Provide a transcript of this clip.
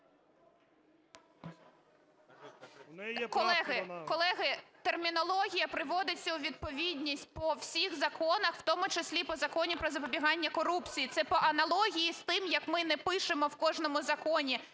Колеги, термінологія приводиться у відповідність по всіх законах, в тому числі по Закону "Про запобігання корупції". Це по аналогії з тим як ми не пишемо в кожному законі